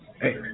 Hey